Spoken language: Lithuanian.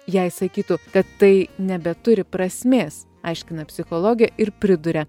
jei sakytų kad tai nebeturi prasmės aiškina psichologė ir priduria